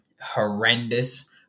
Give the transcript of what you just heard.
horrendous